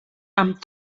amb